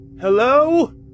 Hello